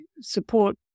support